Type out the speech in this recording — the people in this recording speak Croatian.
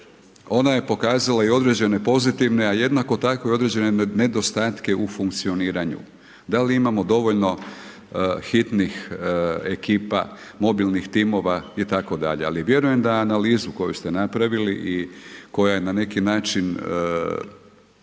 ona je pokazala i određene pozitivne a jednako tako i određene nedostatke u funkcioniranju, da li imamo dovoljno hitnih ekipa, mobilnih timova itd. Ali vjerujem da analizu koju ste napravili i koja je na neki način